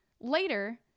Later